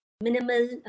minimal